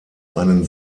einen